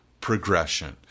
progression